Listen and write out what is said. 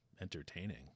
entertaining